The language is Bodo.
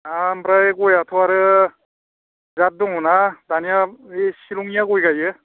दा आमफ्राय गयाथ' आरो जाथ दङना दानिया बै शिलंनिया गय गायो